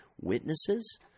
witnesses